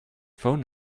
phone